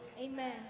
Amen